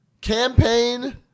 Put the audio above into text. campaign